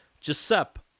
Giuseppe